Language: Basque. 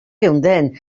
geunden